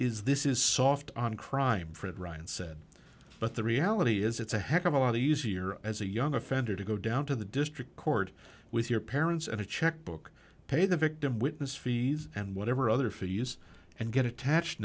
is this is soft on crime fred ryan said but the reality is it's a heck of a lot easier as a young offender to go down to the district court with your parents and a checkbook pay the victim witness fees and whatever other for use and get attached